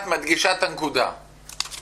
4 בנובמבר 2020. אני פותח את הישיבה.